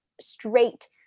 straight